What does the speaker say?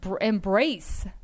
embrace